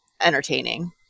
entertaining